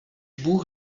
bůh